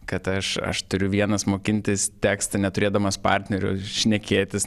kad aš aš turiu vienas mokintis tekstą neturėdamas partnerio šnekėtis